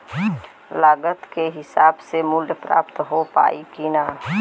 लागत के हिसाब से मूल्य प्राप्त हो पायी की ना?